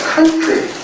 country